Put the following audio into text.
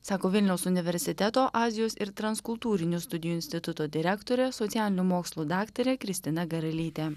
sako vilniaus universiteto azijos ir transkultūrinių studijų instituto direktorė socialinių mokslų daktarė kristina garalytė